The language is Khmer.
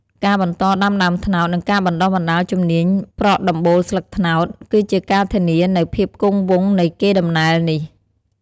ការបន្តដាំដើមត្នោត និងការបណ្ដុះបណ្ដាលជំនាញប្រក់ដំបូលស្លឹកត្នោត គឺជាការធានានូវភាពគង់វង្សនៃកេរដំណែលនេះ។